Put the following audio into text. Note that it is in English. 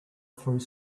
through